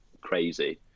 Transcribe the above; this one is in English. crazy